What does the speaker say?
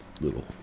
Little